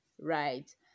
right